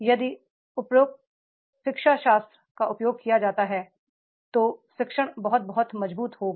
यदि उपयुक्त शिक्षाशास्त्र का उपयोग किया जाता है तो शिक्षण बहुत बहुत मजबूत होगा